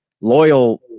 loyal